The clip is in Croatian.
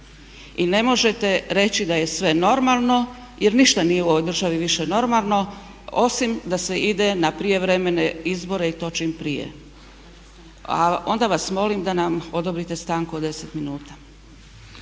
i ne možete reći da je sve normalno jer ništa više nije u ovoj državi više normalno osim da se ide na prijevremene izbore i to čim prije. A onda vas molim da nam odobrite stanku od 10 minuta.